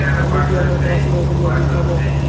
আমি কি আমার পড়াশোনার জন্য ঋণ পাব?